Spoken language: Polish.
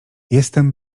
jestem